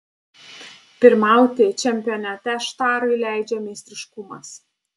pirmauti čempionate štarui leidžia meistriškumas